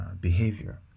behavior